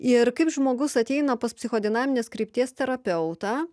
ir kaip žmogus ateina pas psichodinaminės krypties terapeutą